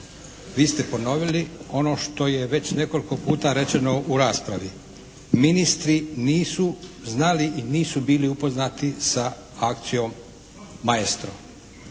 vi ste ponovili ono što je već nekoliko puta rečeno u raspravi. Ministri nisu znali i nisu bili upoznati sa akcijom maestro.